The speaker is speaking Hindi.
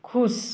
खुश